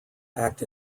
act